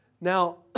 Now